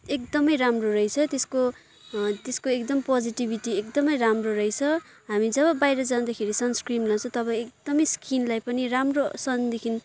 एकदमै राम्रो रहेछ त्यसको त्यसको एकदम पोजेटिभिटी एकदमै राम्रो रहेछ हामी जब बाहिर जाँदाखेरि सनस्क्रिन लाउँछ तब एकदमै स्किनलाई पनि राम्रो सनदेखि